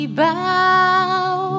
bow